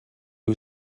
who